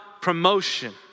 promotion